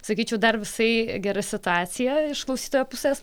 sakyčiau dar visai gera situacija iš klausytojo pusės